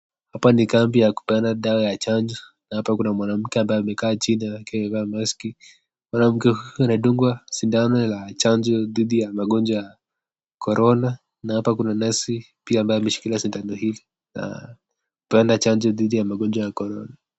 Hapa ni kambi ya kupeana dawa ya chanjo hapa kuna mwanamke ambaye amekaa chini amevaa mask mwanamke huyu anadungwa sindano ya chanjo dhidhi ya magonjwa ya corona na hapa kuna nurse pia ambaye ameshikilia sindano hiii anapena chanjo dhidhi ya magonjwa ya corona .